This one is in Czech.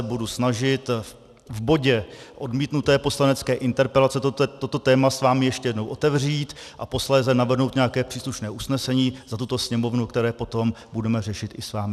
Budu se snažit v bodě odmítnuté poslanecké interpelace toto téma s vámi ještě jednou otevřít a posléze navrhnout nějaké příslušné usnesení za tuto Sněmovnu, které potom budeme řešit i s vámi.